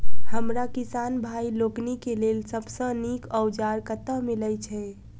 हमरा किसान भाई लोकनि केँ लेल सबसँ नीक औजार कतह मिलै छै?